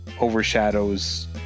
Overshadows